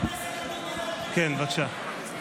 כן, בבקשה.